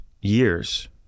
years